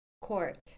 Court